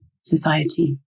society